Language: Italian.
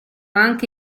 anche